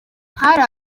hari